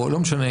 או לא משנה,